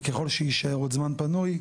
וככל שיישאר עוד זמן פנוי,